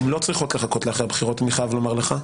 צריכות לחכות לאחרי הבחירות, אני חייב לומר לך.